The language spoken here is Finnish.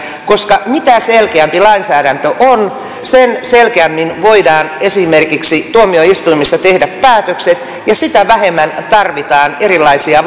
koska mitä selkeämpi lainsäädäntö on sen selkeämmin voidaan esimerkiksi tuomioistuimissa tehdä päätökset ja sitä vähemmän tarvitaan erilaisia